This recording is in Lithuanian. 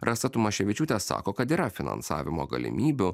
rasa tamaševičiūtė sako kad yra finansavimo galimybių